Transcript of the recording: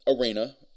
arena